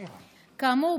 כאמור,